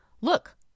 Look